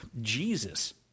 Jesus